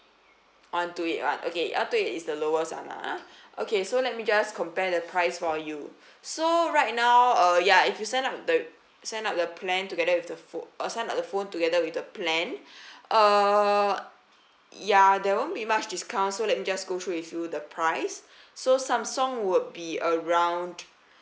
one two eight [one] okay one two eight is the lowest [one] ah okay so let me just compare the price for you so right now uh ya if you sign up the sign up the plan together with the pho~ uh sign up the phone together with the plan uh ya there won't be much discount so let me just go through with you the price so samsung would be around